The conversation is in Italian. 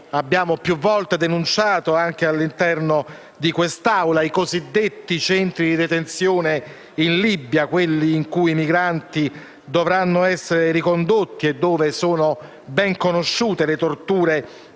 Abbiamo più volte denunciato, anche all'interno di quest'Aula, i cosiddetti centri di detenzione in Libia, quelli in cui i migranti dovranno essere ricondotti e dove sono ben conosciute le torture